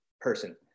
person